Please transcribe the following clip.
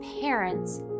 Parents